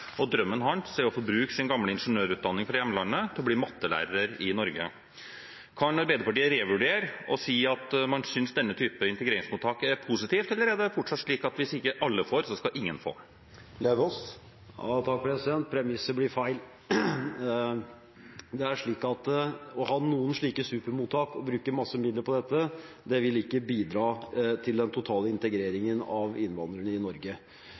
Drømmen hans er å få bruke sin gamle ingeniørutdanning fra hjemlandet til å bli mattelærer i Norge. Kan Arbeiderpartiet revurdere, og si at man syns denne typen integreringsmottak er positivt, eller er det fortsatt slik at hvis ikke alle får, så skal ingen få? Premisset blir feil. Å ha noen slike supermottak og bruke masse midler på dette vil ikke bidra til den totale integreringen av innvandrerne i Norge.